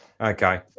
okay